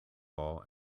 ball